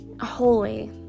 holy